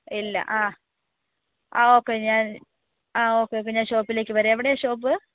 ഇല്ല ആ ആ ഓക്കെ ഞാൻ ആ ഓക്കെ ഓക്കെ ഞാൻ ഷോപ്പിലേക്കു വരാം എവിടെയാണ് ഷോപ്പ്